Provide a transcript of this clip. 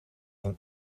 een